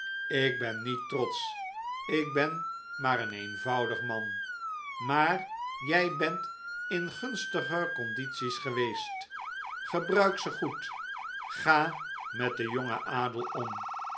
ik ben niet trotsch ik ben maar een eenvoudig man maar jij bent in gunstiger condities geweest gebruik ze goed ga met den jongen adel om